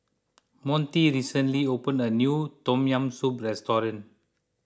Monte recently opened a new Tom Yam Soup restaurant